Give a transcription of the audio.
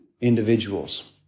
individuals